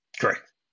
Correct